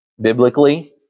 Biblically